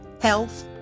health